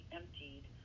emptied